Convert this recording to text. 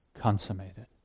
consummated